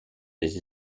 des